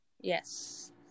Yes